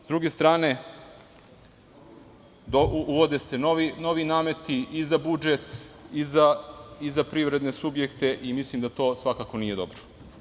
S druge stane, uvode se novi nameti i za budžet i za privredne subjekte i mislim da to svakako nije dobro.